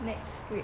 next week